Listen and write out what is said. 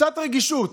קצת רגישות.